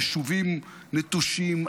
יישובים נטושים,